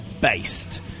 based